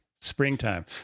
springtime